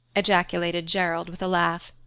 ejaculated gerald, with a laugh.